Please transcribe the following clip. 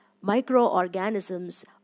microorganisms